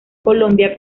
colombia